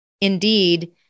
Indeed